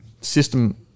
system